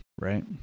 right